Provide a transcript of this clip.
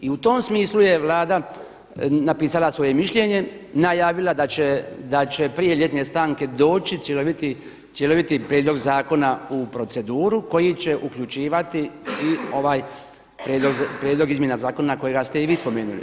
I u tom smislu je Vlada napisala svoje mišljenje, najavila da će prije ljetne stanke doći cjeloviti prijedlog zakona u proceduru koji će uključivati i ovaj prijedlog izmjena zakona kojega ste i vi spomenuli.